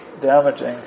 damaging